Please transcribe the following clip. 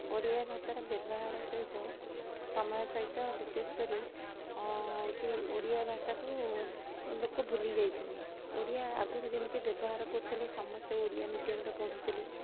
ଓଡ଼ିଆ ଭାଷାର ବ୍ୟବହାର ସହିତ ସମୟ ସହିତ ବିଶେଷକରି ହଉଛି ଓଡ଼ିଆ ଭାଷାକୁ ଲୋକ ଭୁଲି ଯାଇଛନ୍ତି ଓଡ଼ିଆ ଆଗରୁ ଯେମିତି ବ୍ୟବହାର କରୁଥିଲେ ସମସ୍ତେ ଓଡ଼ିଆ ମିଡ଼ିଅମ୍ ରେ ପଢ଼ୁଥିଲେ